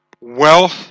Wealth